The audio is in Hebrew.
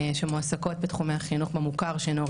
שמועסקות בתחומי החינוך המוכר שאינו רשמי.